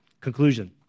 conclusion